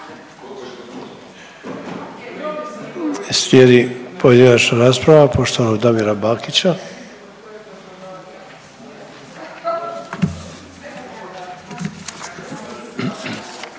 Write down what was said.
Slijedi pojedinačna rasprava poštovanog Damira Bakića.